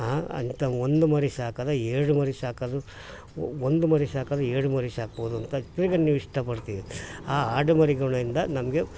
ಆಂ ಅಂಥ ಒಂದು ಮರಿ ಸಾಕೋದ ಎರಡು ಮರಿ ಸಾಕೋದು ಒಂದು ಮರಿ ಸಾಕೋದು ಎರಡು ಮರಿ ಸಾಕ್ಬೌದು ಅಂತ ತಿರ್ಗಿ ನೀವು ಇಷ್ಟಪಡ್ತೀರಿ ಆ ಆಡು ಮರಿಗಳಿಂದ ನಮಗೆ